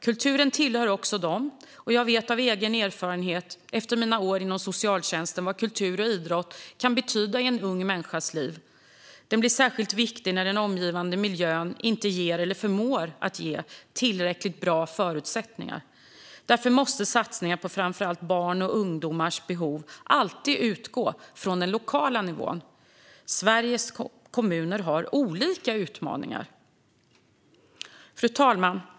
Kulturen tillhör också dem, och jag vet av egen erfarenhet efter mina år inom socialtjänsten vad kultur och idrott kan betyda i en ung människas liv. De blir särskilt viktiga när den omgivande miljön inte ger, eller inte förmår att ge, tillräckligt bra förutsättningar. Därför måste satsningar på framför allt barns och ungdomars behov alltid utgå från den lokala nivån. Sveriges kommuner har olika utmaningar. Fru talman!